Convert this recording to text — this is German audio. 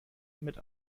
mit